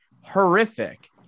horrific